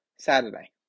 Saturday